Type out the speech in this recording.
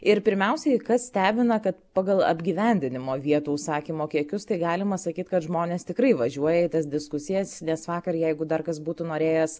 ir pirmiausiai kas stebina kad pagal apgyvendinimo vietų užsakymo kiekius tai galima sakyt kad žmonės tikrai važiuoja į tas diskusijas nes vakar jeigu dar kas būtų norėjęs